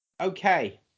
Okay